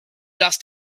dust